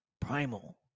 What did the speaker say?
primal